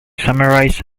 summarize